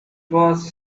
was